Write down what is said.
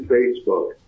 Facebook